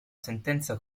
sentenza